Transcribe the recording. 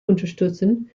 unterstützen